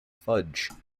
fudge